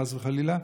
חס וחלילה,